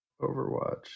Overwatch